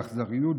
באכזריות,